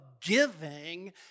giving